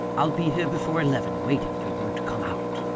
i'll be here before eleven, waiting for you to come out.